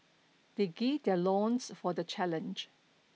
they gird their loins for the challenge